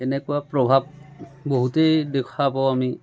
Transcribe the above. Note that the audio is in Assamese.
এনেকুৱা প্ৰভাৱ বহুতেই দেখা পাওঁ আমি